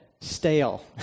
stale